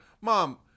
mom